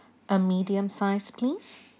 a medium size please